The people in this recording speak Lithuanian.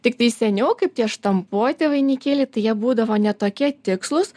tiktai seniau kaip tie štampuoti vainikėliai tai jie būdavo ne tokia tikslūs